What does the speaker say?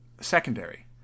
secondary